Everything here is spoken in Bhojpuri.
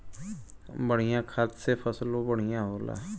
बढ़िया खाद से फसलों बढ़िया होला